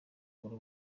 akore